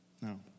no